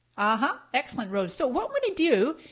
ah huh, excellent rose. so what i'm gonna do,